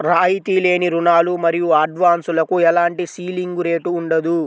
రాయితీ లేని రుణాలు మరియు అడ్వాన్సులకు ఎలాంటి సీలింగ్ రేటు ఉండదు